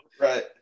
right